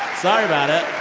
sorry about it.